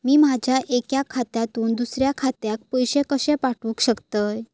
मी माझ्या एक्या खात्यासून दुसऱ्या खात्यात पैसे कशे पाठउक शकतय?